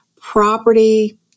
property